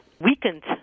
weakened